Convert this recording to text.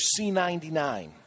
C99